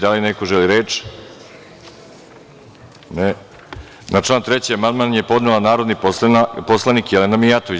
Da li neko želi reč? (Ne) Na član 3. amandman je podneo narodni poslanik Jelena Mijatović.